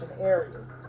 areas